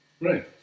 Right